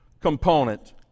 component